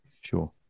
Sure